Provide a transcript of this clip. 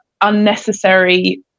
unnecessary